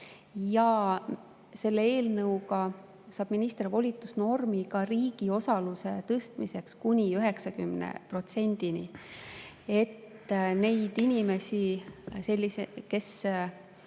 Selle eelnõuga saab minister volitusnormi ka riigi osaluse tõstmiseks kuni 90%‑ni. Neid inimesi, kes